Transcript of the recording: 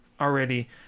already